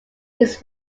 his